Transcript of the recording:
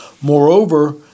Moreover